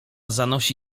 zanosi